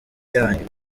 yanyu